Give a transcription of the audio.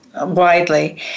widely